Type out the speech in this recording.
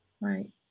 Right